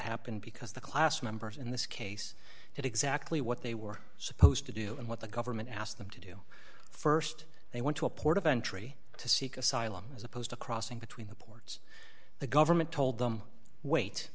happened because the class members in this case did exactly what they were supposed to do and what the government asked them to do st they went to a port of entry to seek asylum as opposed to crossing between the ports the government told them wait